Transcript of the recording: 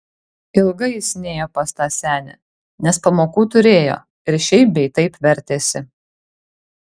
ilgai jis nėjo pas tą senę nes pamokų turėjo ir šiaip bei taip vertėsi